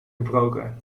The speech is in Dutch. gebroken